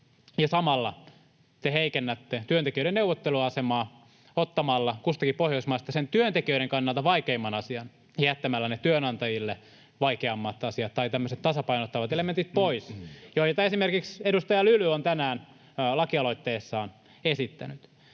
Samalla te heikennätte työntekijöiden neuvotteluasemaa ottamalla kustakin Pohjoismaasta sen työntekijöiden kannalta vaikeimman asian ja jättämällä ne työnantajille vaikeammat asiat, tämmöiset tasapainottavat elementit, pois, joita esimerkiksi edustaja Lyly on tänään lakialoitteessaan esittänyt.